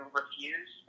refuse